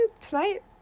Tonight